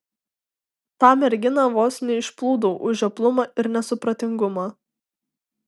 tą merginą vos neišplūdau už žioplumą ir nesupratingumą